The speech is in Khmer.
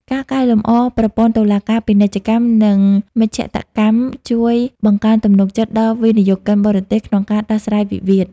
ការកែលម្អប្រព័ន្ធតុលាការពាណិជ្ជកម្ម និងមជ្ឈត្តកម្ម ជួយបង្កើនទំនុកចិត្តដល់វិនិយោគិនបរទេសក្នុងការដោះស្រាយវិវាទ។